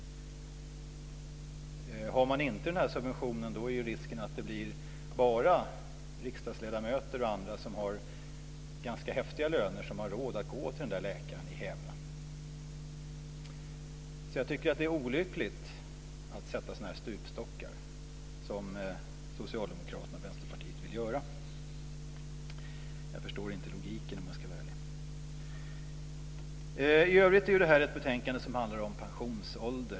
Har man inte subventionen så finns det risk för att det bara är riksdagsledamöter och andra som har ganska häftiga löner som har råd att gå till läkaren i Jag tycker att det är olyckligt att sätta upp sådana här stupstockar, som Socialdemokraterna och Vänsterpartiet vill göra. Jag förstår inte logiken, om jag ska vara ärlig. I övrigt är detta ett betänkande som handlar om pensionsålder.